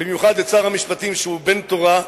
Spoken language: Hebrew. במיוחד את שר המשפטים שהוא בן-תורה,